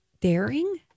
daring